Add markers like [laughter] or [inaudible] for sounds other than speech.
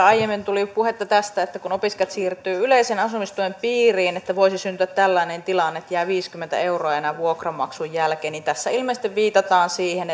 [unintelligible] aiemmin tuli puhetta tästä että kun opiskelijat siirtyvät yleisen asumistuen piiriin voisi syntyä tällainen tilanne että jää enää viisikymmentä euroa vuokranmaksun jälkeen tässä ilmeisesti viitataan siihen [unintelligible]